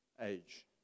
age